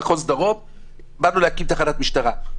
באנו להקים תחנת משטרה.